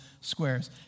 squares